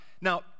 now